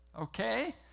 Okay